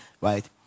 Right